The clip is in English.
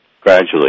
gradually